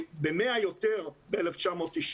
ב-100 יותר ב-1990.